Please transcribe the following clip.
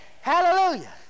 Hallelujah